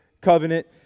covenant